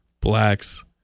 Blacks